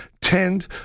tend